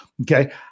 Okay